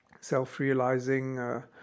self-realizing